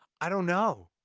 i don't know!